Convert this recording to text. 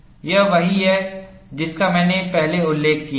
यह वही है जिसका मैंने पहले उल्लेख किया था